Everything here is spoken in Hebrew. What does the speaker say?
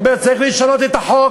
והוא אמר: צריך לשנות את החוק.